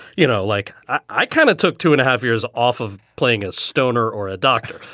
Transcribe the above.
you know, like i kind of took two and a half years off of playing a stoner or a doctor.